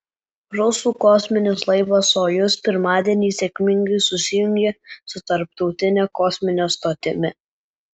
rusų kosminis laivas sojuz pirmadienį sėkmingai susijungė su tarptautine kosmine stotimi